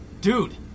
Dude